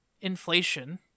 inflation